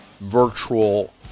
virtual